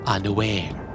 Unaware